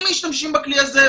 אם משתמשים בכלי הזה,